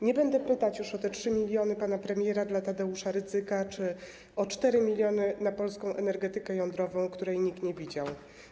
Nie będę pytać już o te 3 mln zł od pana premiera dla Tadeusza Rydzyka czy o 4 mln zł na polską energetykę jądrową, której nikt nie widział.